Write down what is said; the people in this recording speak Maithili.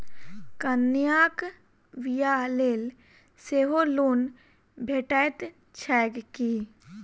कन्याक बियाह लेल सेहो लोन भेटैत छैक की?